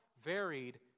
varied